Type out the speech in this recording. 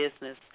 business